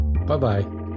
Bye-bye